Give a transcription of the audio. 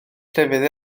llefydd